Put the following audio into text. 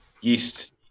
yeast